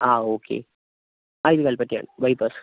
ആ ഓക്കെ ആ ഇത് കല്പറ്റയാണ് ബൈപാസ്സ്